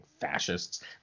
fascists